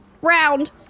Round